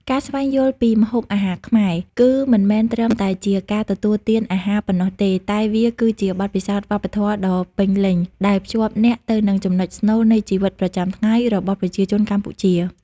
ការស្វែងយល់ពីម្ហូបអាហារខ្មែរ គឺមិនមែនត្រឹមតែជាការទទួលទានអាហារប៉ុណ្ណោះទេ តែវាគឺជាបទពិសោធន៍វប្បធម៌ដ៏ពេញលេញ ដែលភ្ជាប់អ្នកទៅនឹងចំណុចស្នូលនៃជីវិតប្រចាំថ្ងៃរបស់ប្រជាជនកម្ពុជា ។